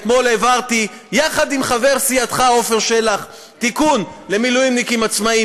אתמול העברתי יחד עם חבר סיעתך עפר שלח תיקון למילואימניקים עצמאיים,